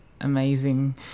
amazing